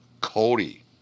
Cody